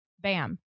bam